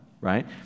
right